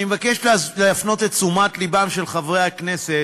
אני מבקש להפנות את תשומת הלב של חברי הכנסת,